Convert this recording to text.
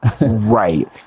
right